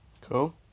Cool